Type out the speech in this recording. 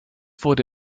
wurde